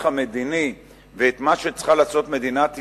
המדיני ואת מה שצריכה לעשות מדינת ישראל,